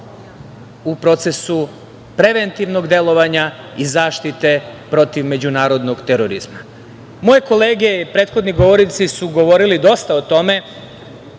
u procesu preventivnog delovanja i zaštite protiv međunarodnog terorizma. Moje kolege i prethodni govornici su govorili dosta o tome